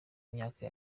myaka